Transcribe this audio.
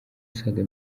asaga